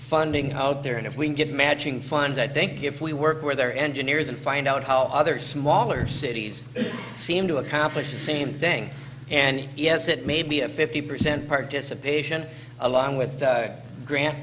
funding out there and if we can get matching funds i think if we work with our engineers and find out how other smaller cities seem to accomplish the same thing and yes it may be a fifty percent participation along with grant